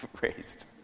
raised